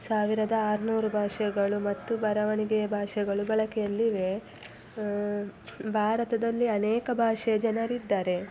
ಸಾವಿರದ ಆರುನೂರು ಭಾಷೆಗಳು ಮತ್ತು ಬರವಣಿಗೆಯ ಭಾಷೆಗಳು ಬಳಕೆಯಲ್ಲಿವೆ ಭಾರತದಲ್ಲಿ ಅನೇಕ ಭಾಷೆಯ ಜನರಿದ್ದಾರೆ